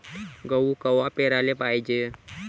गहू कवा पेराले पायजे?